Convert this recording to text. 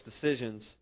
decisions